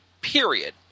period